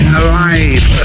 alive